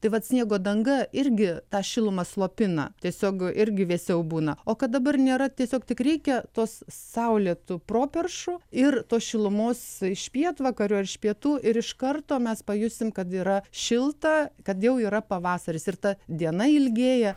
tai vat sniego danga irgi tą šilumą slopina tiesiog irgi vėsiau būna o kad dabar nėra tiesiog tik reikia tos saulėtų properšų ir tos šilumos iš pietvakarių ar iš pietų ir iš karto mes pajusim kad yra šilta kad jau yra pavasaris ir ta diena ilgėja